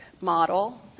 model